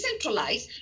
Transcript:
decentralize